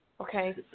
Okay